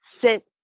sit